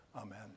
amen